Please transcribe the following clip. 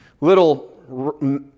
little